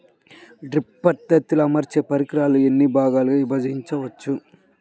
Drip పద్ధతిలో అమర్చే పరికరాలను ఎన్ని భాగాలుగా విభజించవచ్చు?